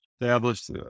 established